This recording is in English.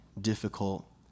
difficult